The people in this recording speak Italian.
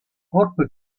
corpo